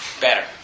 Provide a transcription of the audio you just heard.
better